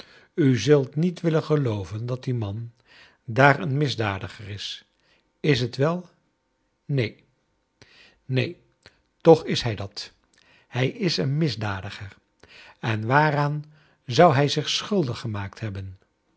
u zult niet willen gelooven dat die man daar een misdadiger is is t wel neen neen toch is hij dat hij is een misdadiger en waaraan zou hij zich schuldig gemaakt hcbben